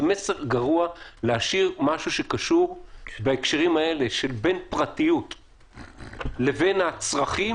זה מסר גרוע להשאיר משהו שקשור להקשרים האלה שבין פרטיות לבין הצרכים,